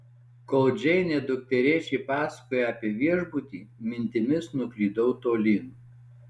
kol džeinė dukterėčiai pasakojo apie viešbutį mintimis nuklydau tolyn